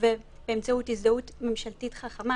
ובאמצעות הזדהות ממשלתית חכמה,